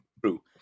true